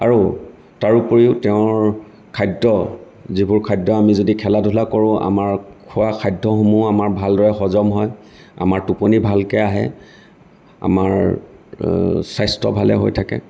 আৰু তাৰ উপৰিও তেওঁৰ খাদ্য যিবোৰ খাদ্য আমি যদি খেলা ধূলা কৰোঁ আমাৰ খোৱা খাদ্যসমূহ আমাৰ ভালদৰে হজম হয় আমাৰ টোপনি ভালকে আহে আমাৰ স্বাস্থ্য ভালে হৈ থাকে